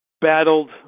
battled